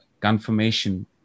confirmation